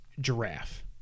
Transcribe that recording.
giraffe